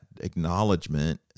acknowledgement